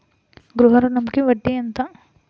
గృహ ఋణంకి వడ్డీ ఎంత?